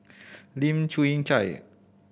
Lim Chwee Chian